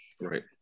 right